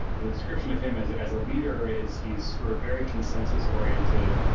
the description of him as as a leader is he's sort of very consensus oriented,